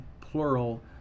plural